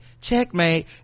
Checkmate